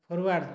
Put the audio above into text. forward